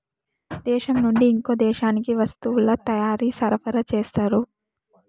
దేశం నుండి ఇంకో దేశానికి వస్తువుల తయారీ సరఫరా చేస్తారు